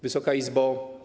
Wysoka Izbo!